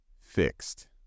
fixed